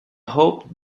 hoped